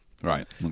Right